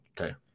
Okay